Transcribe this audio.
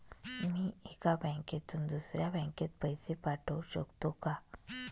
मी एका बँकेतून दुसऱ्या बँकेत पैसे पाठवू शकतो का?